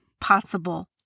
possible